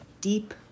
deep